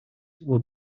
were